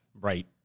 Right